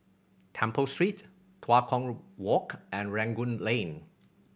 Temple Street Tua Kong Walk and Rangoon Lane